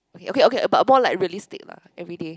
okay okay about more like realistic lah everyday